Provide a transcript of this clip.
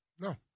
No